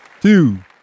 two